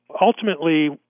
ultimately